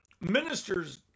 ministers